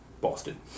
Boston